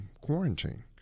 quarantine